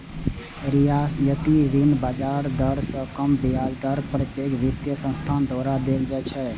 रियायती ऋण बाजार दर सं कम ब्याज दर पर पैघ वित्तीय संस्थान द्वारा देल जाइ छै